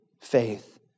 faith